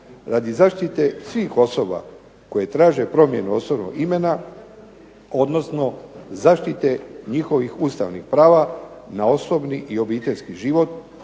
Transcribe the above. radi zaštite svih osoba koje traže promjenu osobnog imena odnosno zaštite njihovih ustavnih prava na osobni i obiteljski život,